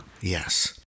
Yes